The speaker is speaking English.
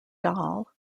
doll